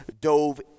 dove